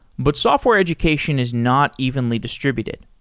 but software education is not evenly distributed.